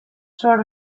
sort